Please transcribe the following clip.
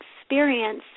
experience